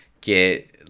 get